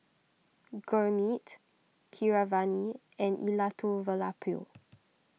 Gurmeet Keeravani and Elattuvalapil